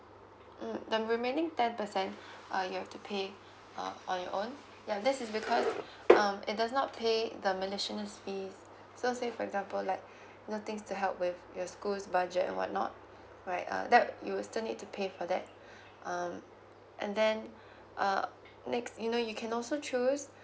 mm then remaining ten percent uh you have to pay uh on your own ya this is because um it does not pay the miscellaneous fee so say for example like you know things to help with your school's budget or whatnot right err that you will still need to pay for that um and then uh next you know you can also choose